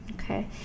Okay